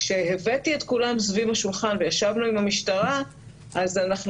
כשהבאתי את כולם סביב השולחן וישבנו עם המשטרה אז אנחנו